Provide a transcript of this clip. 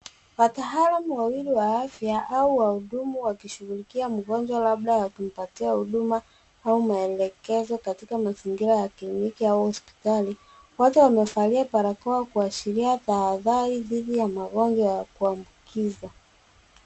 Wataalum wawili wa afya au wahudumu wakishughulikia mgonjwa labda wakimpatia huduma au maendelezo katika kliniki au mazingira ya hospitali. Wote wamevalia barakoa kuashiria tahadhari dhidi ya magonjwa ya kuambukiza.